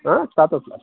ہا سَتتھ لَچھ